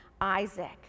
Isaac